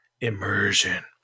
immersion